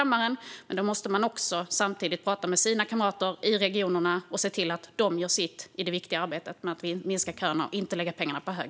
Men då måste man samtidigt tala med sina kamrater i regionerna och se till att de gör sitt i det viktiga arbetet med att minska köerna och inte lägga pengarna på hög.